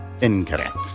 incorrect